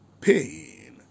pain